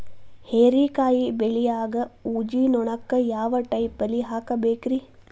ಹೇರಿಕಾಯಿ ಬೆಳಿಯಾಗ ಊಜಿ ನೋಣಕ್ಕ ಯಾವ ಟೈಪ್ ಬಲಿ ಹಾಕಬೇಕ್ರಿ?